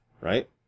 right